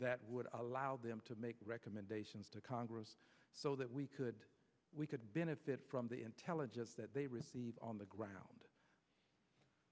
that would allow them to make recommendations to congress so that we could we could benefit from the intelligence that they receive on the ground